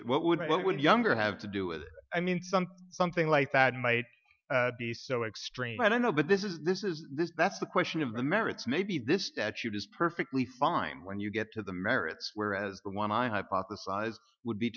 it what would what would younger have to do with i mean something like that might be so extreme i don't know but this is this is this that's the question of the merits maybe this statute is perfectly fine when you get to the merits whereas for one i hypothesize would be